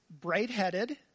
bright-headed